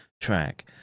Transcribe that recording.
track